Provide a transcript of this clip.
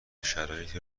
شرایطی